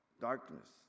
darkness